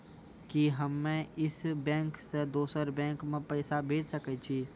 कि हम्मे इस बैंक सें दोसर बैंक मे पैसा भेज सकै छी?